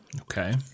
Okay